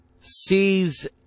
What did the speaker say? sees